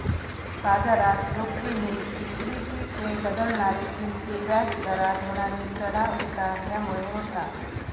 बाजारात जोखिम ही इक्वीटीचे बदलणारे किंमती, व्याज दरात होणारे चढाव उतार ह्यामुळे होता